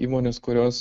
įmonės kurios